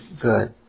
good